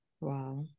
Wow